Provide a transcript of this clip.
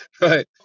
right